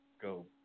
Go